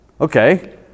Okay